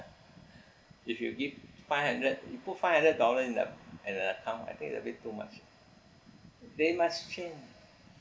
if you give five hundred you put five hundred dollar in the in the account I think it's a bit too much they must change